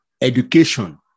education